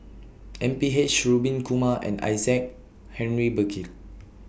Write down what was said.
M P H Rubin Kumar and Isaac Henry Burkill